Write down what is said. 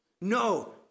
No